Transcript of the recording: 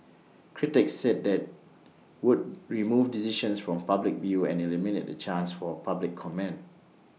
critics said that would remove decisions from public view and eliminate the chance for public comment